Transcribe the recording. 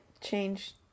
change